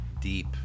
deep